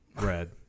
Red